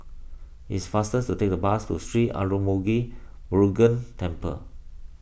it is faster to take the bus to Sri Arulmigu Murugan Temple